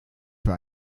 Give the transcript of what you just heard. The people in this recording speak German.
für